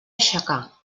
aixecar